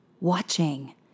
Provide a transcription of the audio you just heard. Watching